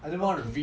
okay